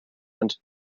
and